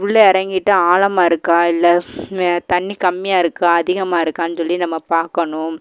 உள்ளே இறங்கிட்டு ஆழமா இருக்கா இல்லை தண்ணி கம்மியாக இருக்கா அதிகமாக இருக்கான்னு சொல்லி நம்ம பார்க்கணும்